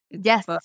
Yes